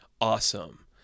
awesome